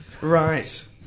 Right